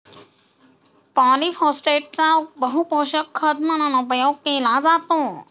पॉलिफोस्फेटचा बहुपोषक खत म्हणून उपयोग केला जातो